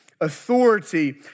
authority